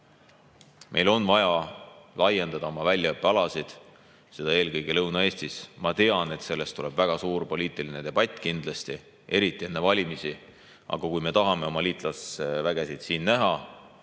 Meil on vaja laiendada oma väljaõppealasid, seda eelkõige Lõuna-Eestis. Ma tean, et sellest tuleb kindlasti väga suur poliitiline debatt, eriti enne valimisi. Aga kui me tahame oma liitlaste [üksusi] siin näha,